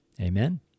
Amen